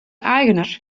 eigener